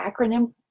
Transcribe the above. acronym